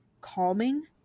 calming